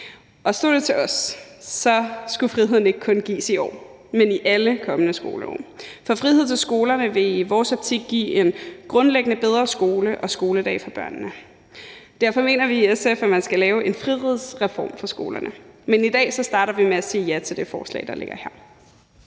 stod det til os, skulle friheden ikke kun gives i år, men i alle kommende skoleår; for frihed til skolerne vil i vores optik give en grundlæggende bedre skole og skoledag for børnene. Derfor mener vi i SF, at man skal lave en frihedsreform for skolerne. Men i dag starter vi med at sige ja det forslag, der ligger her.